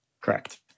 Correct